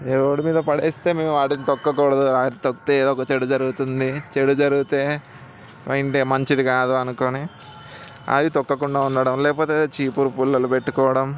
road మీద పాడేస్తే మేము వాటిని తొక్కకూడదు తొక్కితే ఏదొక చెడు జరుగుతుంది చెడు జరిగితే ఇంటికి మంచిది కాదు అనుకుని అవి తొక్కకుండా ఉండడం లేకపోతే చీపురుపుల్లలు పెట్టుకోవడం